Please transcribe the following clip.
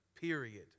period